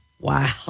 Wow